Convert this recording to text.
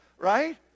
right